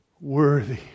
Worthy